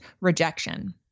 rejection